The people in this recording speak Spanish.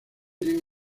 tienen